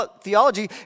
theology